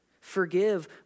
Forgive